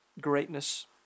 greatness